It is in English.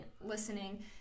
listening